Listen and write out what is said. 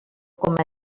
coma